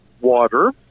water